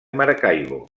maracaibo